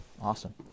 Awesome